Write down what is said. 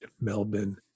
melbourne